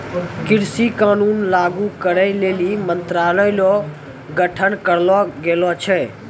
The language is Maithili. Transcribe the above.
कृषि कानून लागू करै लेली मंत्रालय रो गठन करलो गेलो छै